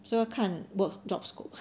so 看 work job scope